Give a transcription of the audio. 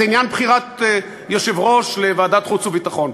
זה עניין בחירת יושב-ראש לוועדת חוץ וביטחון.